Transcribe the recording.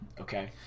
okay